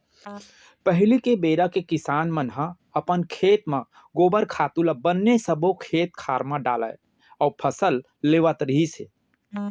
पहिली बेरा के किसान मन ह अपन खेत म गोबर खातू ल बने सब्बो खेत खार म डालय अउ फसल लेवत रिहिस हे